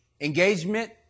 Engagement